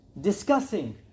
Discussing